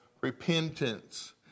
repentance